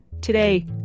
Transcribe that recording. Today